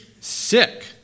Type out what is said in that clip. Sick